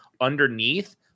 underneath